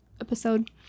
episode